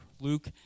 Luke